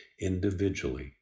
individually